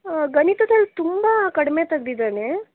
ಗಣಿತದಲ್ಲಿ ತುಂಬ ಕಡಿಮೆ ತೆಗೆದಿದ್ದಾನೆ